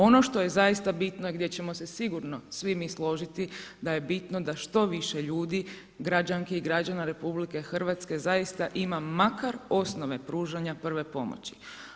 Ono što je zaista bitno i gdje ćemo se sigurno svi mi složiti, da je bitno da što više ljudi, građanki i građana RH zaista ima makar osnove pružanja prve pomoći.